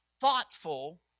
thoughtful